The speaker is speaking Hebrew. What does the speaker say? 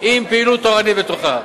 עם פעילות תורנית בתוכם.